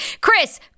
Chris